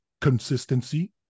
consistency